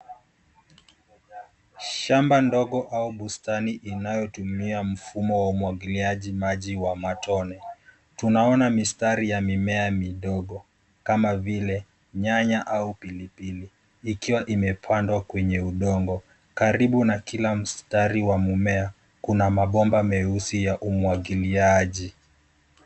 Shamba ndogo au bustani inayotumia mfumo wa umwagiliaji maji wa matone tunaona mistari ya mimea midogo kama vile nyanya au pili pili ikiwa imepandwa kwenye udongo karibu na kila mstari wa mumea kuna mabomba meusi ya umwagiliaji.